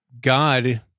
God